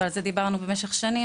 ועל זה דיברנו במשך שנים,